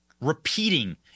repeating